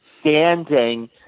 standing